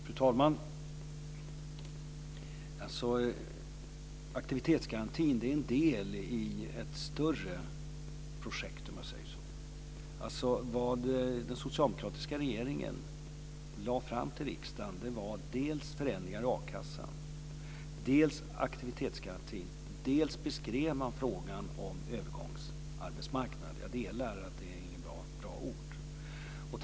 Fru talman! Aktivitetsgarantin är en del i ett större projekt. Vad den socialdemokratiska regeringen lade fram för riksdagen var dels förändringar i a-kassan, dels aktivitetsgarantin. Man beskrev också frågan om övergångsarbetsmarknad - jag delar uppfattningen att det inte är något bra ord.